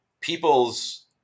people's